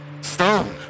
Stone